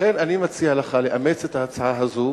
לכן, אני מציע לך לאמץ את ההצעה הזו